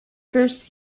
first